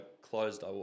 closed